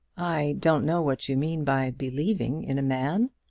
i don't know what you mean by believing in a man.